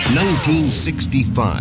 1965